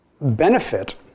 benefit